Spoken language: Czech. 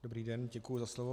Dobrý den, děkuji za slovo.